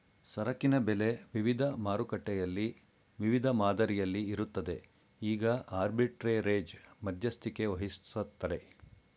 ಸರಕಿನ ಬೆಲೆ ವಿವಿಧ ಮಾರುಕಟ್ಟೆಯಲ್ಲಿ ವಿವಿಧ ಮಾದರಿಯಲ್ಲಿ ಇರುತ್ತದೆ ಈಗ ಆರ್ಬಿಟ್ರೆರೇಜ್ ಮಧ್ಯಸ್ಥಿಕೆವಹಿಸತ್ತರೆ